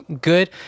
good